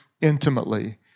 intimately